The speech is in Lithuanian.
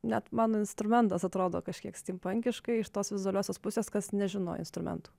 net mano instrumentas atrodo kažkiek stimpankiškai iš tos vizualiosios pusės kas nežino instrumentų